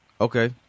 Okay